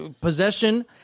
possession